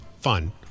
fun